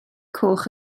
coch